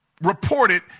reported